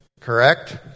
Correct